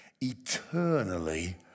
eternally